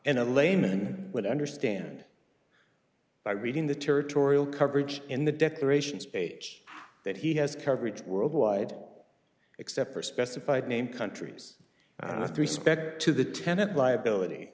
and a layman would understand by reading the territorial coverage in the declarations page that he has coverage worldwide except for specified name countries and i three suspect to the tenant liability